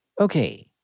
Okay